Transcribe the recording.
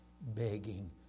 begging